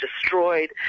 destroyed